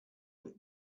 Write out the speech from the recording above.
that